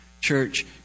church